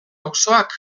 auzoak